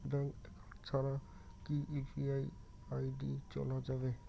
Bank account ছাড়া কি UPI ID চোলা যাবে?